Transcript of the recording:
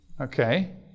Okay